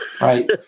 right